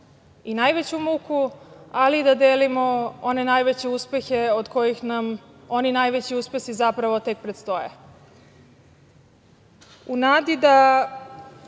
i najveću muku, ali i da delimo one najveće uspehe od kojih nam oni najveći uspesi zapravo tek predstoje.U nadi da